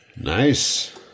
Nice